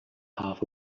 half